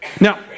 Now